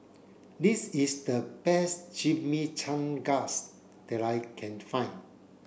this is the best Chimichangas that I can find